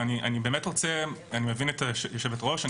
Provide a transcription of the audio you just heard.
אני מבין את היושבת-ראש.